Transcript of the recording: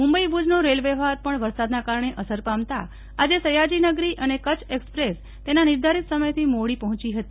મુબઈ ભુજનો રેલ વ્યવફાર પણ વરસાદનાં કારણે અસર પામતા આજે સયાજીનગર અને કરછ એકસપ્રેક્ષ તેના નિર્ધારિત સમયથી મોડી પહોચી હતી